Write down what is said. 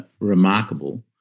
remarkable